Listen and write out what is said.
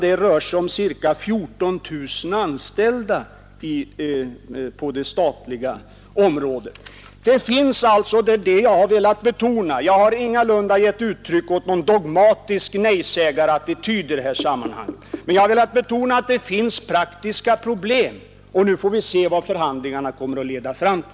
Det handlar här om ca 14 000 anställda på det statliga området. Jag har ingalunda intagit någon dogmatisk nejsägarattityd i det här sammanhanget, men jag har velat betona att det finns praktiska problem. Nu får vi se vad diskussionerna mellan parterna kommer att leda fram till.